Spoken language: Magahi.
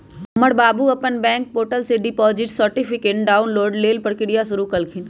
हमर बाबू अप्पन बैंक पोर्टल से डिपॉजिट सर्टिफिकेट डाउनलोड लेल प्रक्रिया शुरु कलखिन्ह